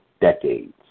decades